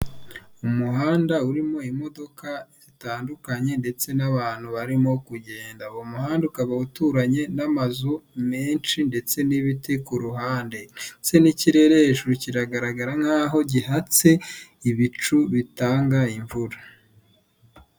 Umuhanda urimo imodoka zitandukanye ndetse n'abantu barimo kugenda mu muhanda ukaba uturanye n'amazu menshi ndetse n'ibiti ku ruhande ndetse n'ikirere hejuru kiragaragara nkaho gihatse ibicu bitanga imvura.